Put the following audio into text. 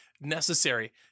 necessary